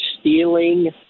stealing